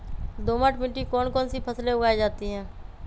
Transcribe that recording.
दोमट मिट्टी कौन कौन सी फसलें उगाई जाती है?